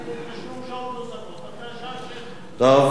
שעות נוספות אחרי השעה 18:00. טוב,